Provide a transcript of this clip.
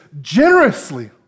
generously